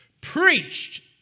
preached